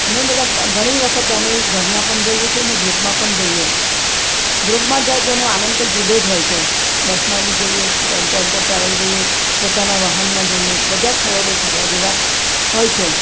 અમે બધાં ઘણી વખત અમે ઘરના પણ જઈએ છે ને ગ્રૂપમાં પણ જઈએ ગ્રૂપમાં જાય તો એનો આનંદ કંઈક જુદો જ હોય છે બસમાં બી જઈએ ટેમ્પો ટ્રાવેલ બી જઈએ પોતાનાં વાહનમાં જઈએ બધાં સ્થળો જે ફરવા જેવાં હોય છે